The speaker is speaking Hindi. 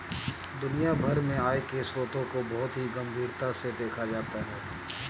दुनिया भर में आय के स्रोतों को बहुत ही गम्भीरता से देखा जाता है